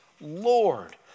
Lord